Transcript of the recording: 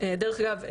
דרך אגב,